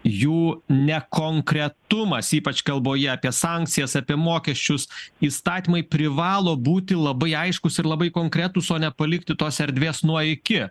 jų nekonkretumas ypač kalboje apie sankcijas apie mokesčius įstatymai privalo būti labai aiškūs ir labai konkretūs o ne palikti tos erdvės nuo iki